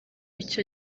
icyo